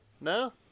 No